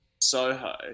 soho